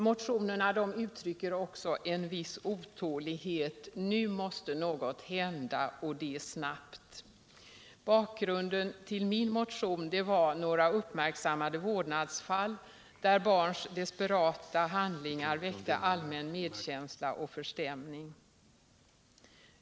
Motionerna uttrycker också en viss otålighet — nu måste något snabbt hända. Bakgrunden till min motion var några uppmärksammade vårdfall där barns desperata handlingar väckte allmän medkänsla och förstämning.